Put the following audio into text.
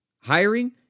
Hiring